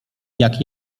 jak